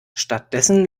stattdessen